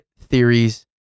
theories